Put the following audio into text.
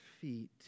feet